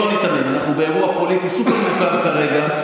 אנחנו באירוע פוליטי סופר-מורכב כרגע.